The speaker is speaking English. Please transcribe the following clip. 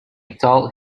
told